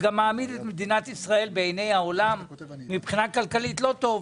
כי זה מעמיד את מדינת ישראל מבחינה כלכלית בעיני העולם במצב לא טוב.